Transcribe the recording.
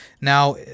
Now